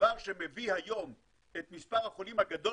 הדבר שמביא היום את מספר החולים הגדול